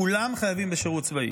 כולם חייבים בשירות צבאי.